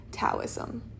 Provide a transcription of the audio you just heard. Taoism